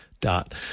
dot